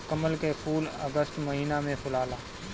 कमल के फूल अगस्त महिना में फुलाला